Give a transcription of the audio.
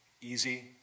easy